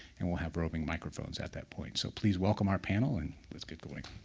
and we'll have roving microphones at that point. so please welcome our panel, and let's get going.